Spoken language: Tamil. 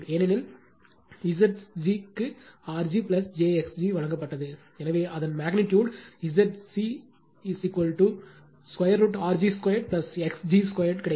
ஏனெனில் Zg க்கு rg jxg வழங்கப்பட்டது எனவே அதன் magnitude Zg √R g2 X g2 கிடைக்கும்